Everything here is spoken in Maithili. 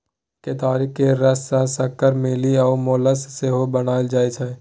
केतारी केर रस सँ सक्कर, मेली आ मोलासेस सेहो बनाएल जाइ छै